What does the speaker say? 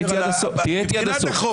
תקרא את החוק